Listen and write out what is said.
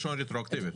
ה-1.1 רטרואקטיבית.